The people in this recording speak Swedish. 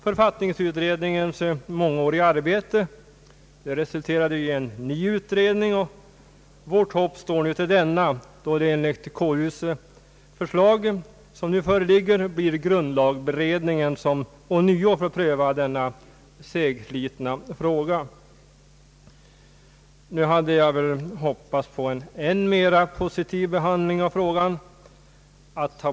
Författningsutredningens mångåriga arbete resulterade i en ny utredning, och vårt hopp står nu till denna då det enligt konstitutionsutskottets nu föreliggande förslag blir grundlagberedningen som ånyo får pröva denna segslitna fråga. Nu hade jag hoppats på en än mera positiv behandling av frågan.